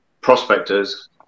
prospectors